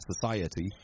society